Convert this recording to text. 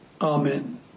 Amen